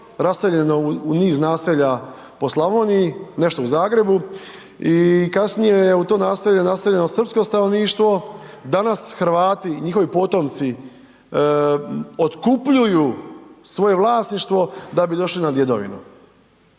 raseljeno u niz naselja po Slavoniji, nešto u Zagrebu i kasnije je u to naselje naseljeno srpsko stanovništvo, danas Hrvati i njihovi potomci otkupljuju svoje vlasništvo da bi došli na djedovinu.